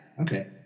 okay